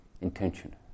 intention